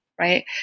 Right